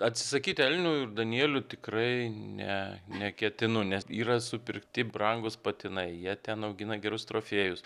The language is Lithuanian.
atsisakyt elnių ir danielių tikrai ne neketinu nes yra supirkti brangūs patinai jie ten augina gerus trofėjus